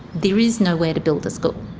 there is nowhere to build a school.